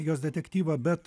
jos detektyvą bet